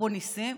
אפרופו ניסים,